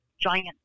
giant